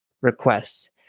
requests